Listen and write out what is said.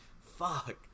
fuck